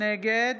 נגד